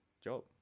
job